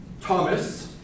Thomas